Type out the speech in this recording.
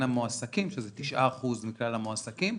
המועסקים שזה תשעה אחוז מכלל המועסקים,